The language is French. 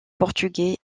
portugais